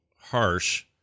harsh